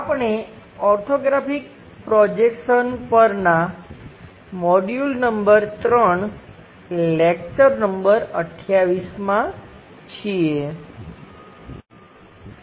આપણે orthographic projections પરનાં module number 3 lecture number 28 માં છીએ